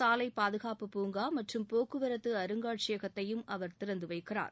சாலை பாதுகாப்பு பூங்கா மற்றும் போக்குவரத்து அருங்காட்சியகத்தையும் அவர் திறந்து வைக்கிறார்